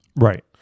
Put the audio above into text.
Right